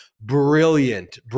brilliant